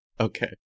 Okay